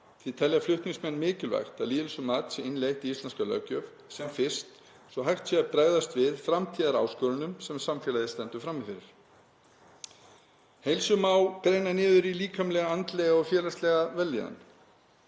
Því telja flutningsmenn mikilvægt að lýðheilsumat verði innleitt í íslenska löggjöf sem fyrst svo hægt sé að bregðast við framtíðaráskorunum sem samfélagið stendur frammi fyrir. Heilsu má greina niður í líkamlega, andlega og félagslega vellíðan.